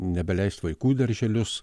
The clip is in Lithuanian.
nebeleist vaikų į darželius